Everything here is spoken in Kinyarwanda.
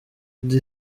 meddy